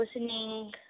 listening